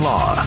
Law